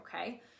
okay